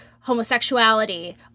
homosexuality